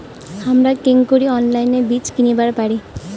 হামরা কেঙকরি অনলাইনে বীজ কিনিবার পারি?